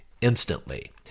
instantly